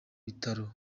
bitaro